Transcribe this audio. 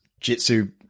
jitsu